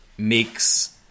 Makes